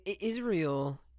Israel